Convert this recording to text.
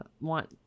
want